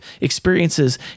experiences